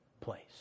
place